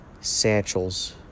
satchels